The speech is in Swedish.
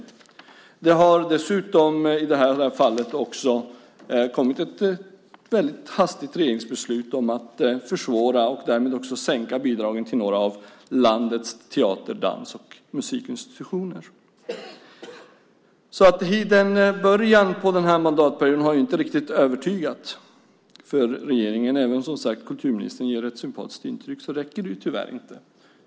I det här fallet har det dessutom kommit ett väldigt hastigt regeringsbeslut om att försvåra bidragsgivningen och därmed också sänka bidragen till några av landets teater-, dans och musikinstitutioner. Regeringens början på den här mandatperioden har alltså inte riktigt övertygat. Även om kulturministern som sagt ger ett sympatiskt intryck räcker det tyvärr inte.